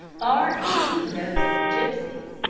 far exceed those of the gipsies.